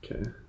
Okay